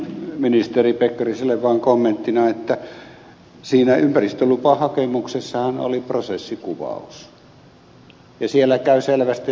ministeri pekkariselle vaan kommenttina että siinä ympäristölupahakemuksessahan oli prosessikuvaus ja siellä käy selvästi ilmi että uraanioksidia on